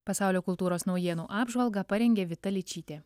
pasaulio kultūros naujienų apžvalgą parengė vita ličytė